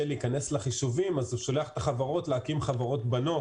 להיכנס לחישובים אז הוא שולח את החברות להקים חברות-בנות